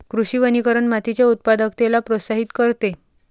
कृषी वनीकरण मातीच्या उत्पादकतेला प्रोत्साहित करते